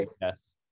yes